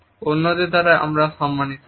এবং অন্যদের দ্বারা আমরা সম্মানিত